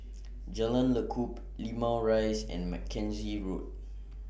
Jalan Lekub Limau Rise and Mackenzie Road